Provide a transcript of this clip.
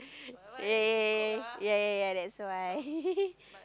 ya ya ya ya ya ya ya that's why